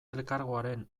elkargoaren